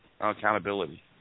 accountability